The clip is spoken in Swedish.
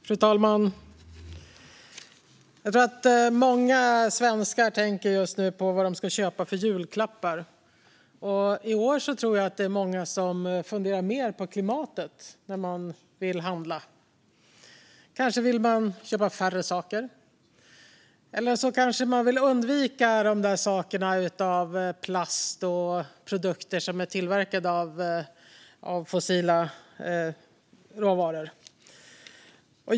Fru talman! Jag tror att många svenskar just nu tänker på vad de ska köpa för julklappar. I år tror jag att det är många som funderar mer på klimatet när de vill handla. Kanske vill man köpa färre saker, eller så kanske man vill undvika saker av plast och produkter som är tillverkade av fossila råvaror.